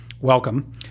welcome